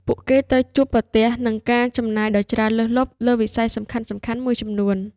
ពួកគេត្រូវជួបប្រទះនឹងការចំណាយដ៏ច្រើនលើសលប់លើវិស័យសំខាន់ៗមួយចំនួន។